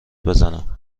بزنم